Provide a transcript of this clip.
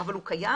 אבל הוא קיים,